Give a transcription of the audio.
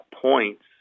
points